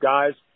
Guys